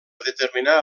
determinar